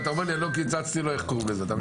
ואתה אומר לי: אני לא קיצצתי לו, אתה מבין?